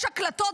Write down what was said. יש הקלטות,